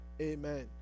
Amen